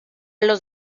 los